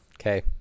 okay